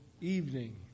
evening